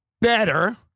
better